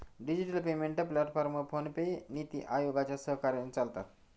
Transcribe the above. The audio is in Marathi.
digital payment platform PhonePe, NITI आयोगाच्या सहकार्याने चालतात